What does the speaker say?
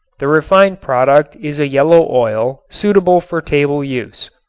the refined product is a yellow oil, suitable for table use.